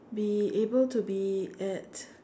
be able to be at